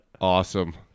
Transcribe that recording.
Awesome